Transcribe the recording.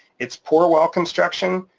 it's poor well construction,